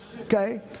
Okay